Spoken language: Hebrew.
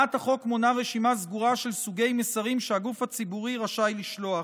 הצעת החוק מונה רשימה סגורה של סוגי מסרים שהגוף הציבורי רשאי לשלוח.